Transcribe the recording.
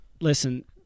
Listen